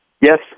Yes